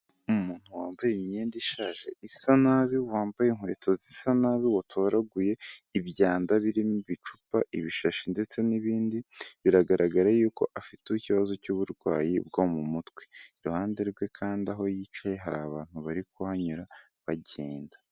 Umuntu wambaye imyenda ishaje isa nabi, wambaye inkweto zisa nabi, watoraguye ibyanda birimo ibicupa, ibishashi, ndetse n'ibindi biragaragara y'uko afite ikibazo cy'uburwayi bwo mu mutwe, iruhande rwe kandi aho yicaye hari abantu bari kuhanyura bagenda.